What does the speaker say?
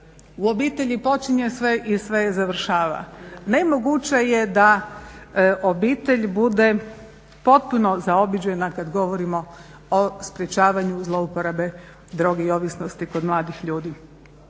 U obitelji počinje sve i sve završava. Nemoguće je da obitelj bude potpuno zaobiđena kad govorimo o sprječavanju zlouporabe droge i ovisnosti kod mladih ljudi.